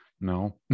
No